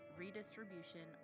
redistribution